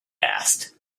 asked